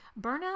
Burnout